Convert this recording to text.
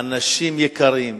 אנשים יקרים,